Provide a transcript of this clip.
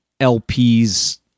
LPs